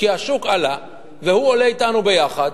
כי השוק עלה והוא עולה אתנו ביחד,